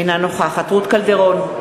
אינה נוכחת רות קלדרון,